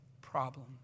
problem